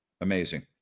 Amazing